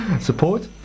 support